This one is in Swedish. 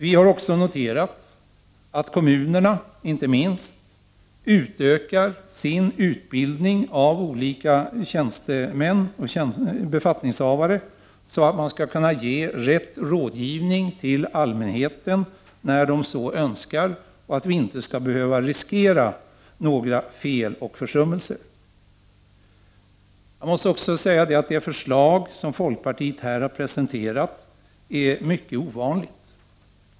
Vi har också noterat att inte minst kommunerna ökar sin utbildning av olika befattningshavare för att kunna ge rätt rådgivning till allmänheten när denna så önskar och att vi inte skall behöva riskera några fel och försummelser. Jag måste också säga att det förslag som folkpartiet här har presenterat är mycket ovanligt.